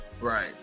Right